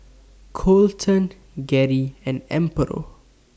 Coleton Gerri and Amparo